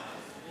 התשפ"א.